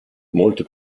molto